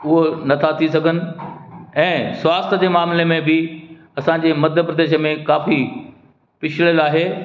उहो नथा थी सघनि ऐं स्वास्थ जे मामले में बि असांजे मध्य प्रदेश में काफ़ी पिछड़ियलु आहे